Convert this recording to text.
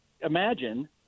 imagine